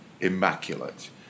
immaculate